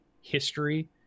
history